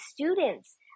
student's